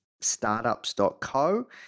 Startups.co